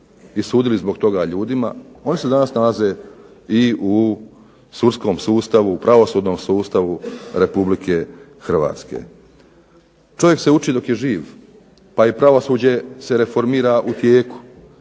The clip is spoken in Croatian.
i sudili zbog toga ljudima, oni se danas nalaze i u sudskom sustavu, pravosudnom sustavu RH. Čovjek se uči dok je živ, pa i pravosuđe se reformira u tijeku,